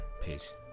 Peace